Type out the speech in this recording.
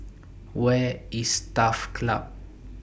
Where IS Turf Club